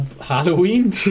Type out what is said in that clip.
Halloween